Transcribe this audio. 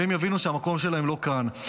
והם יבינו שהמקום שלהם לא כאן.